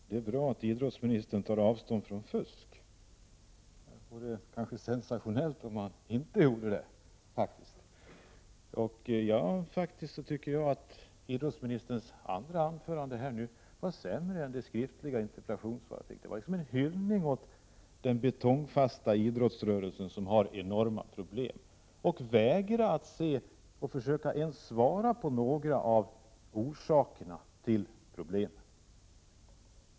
Herr talman! Det är bra att idrottsministern tar avstånd från fusk. Det vore faktiskt sensationellt om han inte gjorde det. Jag tycker att idrottsministerns andra anförande var sämre än det skriftliga interpellationssvaret. Det senare inlägget var en hyllning åt den betongfasta idrottsrörelsen, som har enorma problem. Idrottsministern försökte inte ens att svara på några av frågorna om orsakerna till problemen.